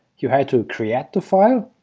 you had to create the file,